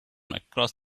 across